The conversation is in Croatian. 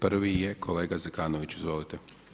Prvi je kolega Zekanović, izvolite.